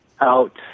out